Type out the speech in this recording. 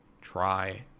try